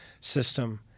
system